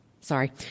sorry